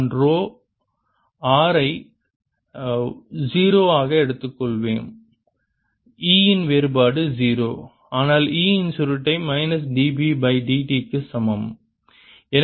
நான் rho r ஐ 0 ஆக எடுத்துக்கொள்வோம் E இன் வேறுபாடு 0 ஆனால் E இன் சுருட்டை மைனஸ் dB பை dt க்கு சமம்